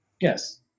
Yes